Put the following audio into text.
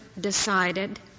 decided